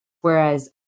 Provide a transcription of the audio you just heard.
Whereas